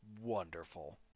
wonderful